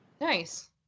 Nice